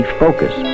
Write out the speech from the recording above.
focus